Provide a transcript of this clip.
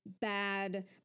bad